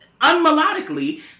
unmelodically